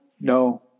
No